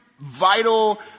vital